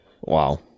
Wow